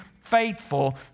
faithful